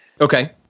Okay